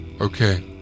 Okay